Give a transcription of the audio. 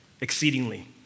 Exceedingly